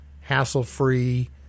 hassle-free